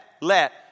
let